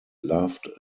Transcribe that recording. loved